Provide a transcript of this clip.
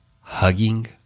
hugging